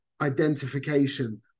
identification